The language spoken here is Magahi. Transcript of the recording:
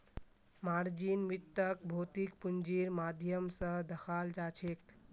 मार्जिन वित्तक भौतिक पूंजीर माध्यम स दखाल जाछेक